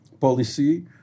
policy